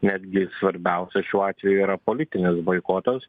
netgi svarbiausias šiuo atveju yra politinis boikotas